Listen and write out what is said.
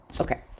Okay